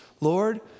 Lord